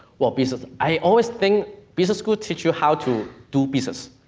well, because i always think, business school teach you how to do business